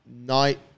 night